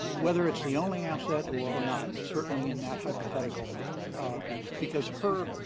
whether it's the only asset or or not, it's certainly in that hypothetical because her